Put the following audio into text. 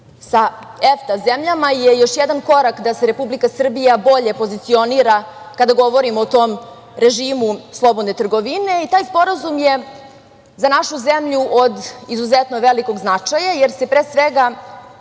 sa EFTA zemljama je još jedan korak da se Republika Srbija bolje pozicionira kada govorimo o tom režimu slobodne trgovine i taj sporazum je za našu zemlju od izuzetno velikog značaja jer se pre svega